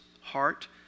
heart